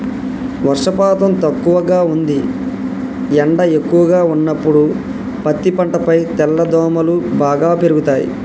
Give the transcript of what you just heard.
వర్షపాతం తక్కువగా ఉంది ఎండ ఎక్కువగా ఉన్నప్పుడు పత్తి పంటపై తెల్లదోమలు బాగా పెరుగుతయి